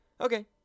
okay